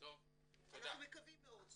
אנחנו מקווים מאוד,